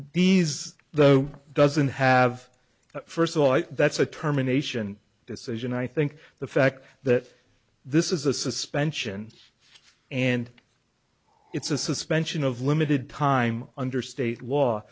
these though doesn't have that first of all that's a terminations decision i think the fact that this is a suspension and it's a suspension of limited time under state law